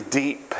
deep